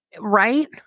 right